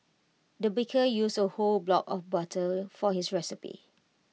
the baker used A whole block of butter for his recipe